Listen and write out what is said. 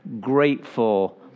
grateful